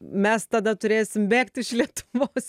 mes tada turėsim bėgt iš lietuvos